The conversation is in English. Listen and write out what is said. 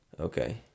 Okay